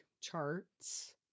charts